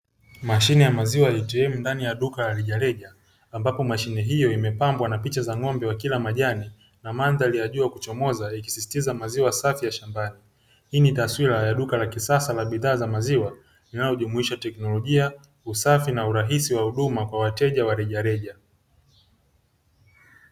Mashine ya maziwa ya ATM ndani ya duka la rejareja, ambapo mashine hiyo imepambwa na picha za ng'ombe wakila majani na mandari ya jua kuchomoza ikisisitiza maziwa safi shambani. Hii ni taswira ya duka la kisasa la maziwa linalojumuisha teknolojia, usafi na urahisi wa huduma kwa wateja wa rejareja.